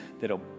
that'll